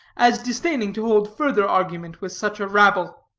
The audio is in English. as disdaining to hold further argument with such a rabble.